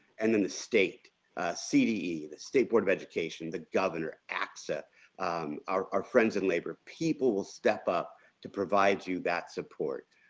and then the state cde, the state board of education, the governor, acsa our our friends and labor people will step up to provide you that support.